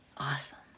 Awesome